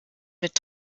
mit